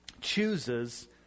chooses